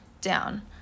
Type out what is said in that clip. down